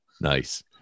Nice